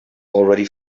already